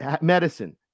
medicine